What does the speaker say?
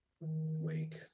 Wake